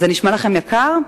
זה נשמע לכם יקר?